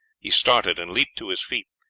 he started and leaped to his feet.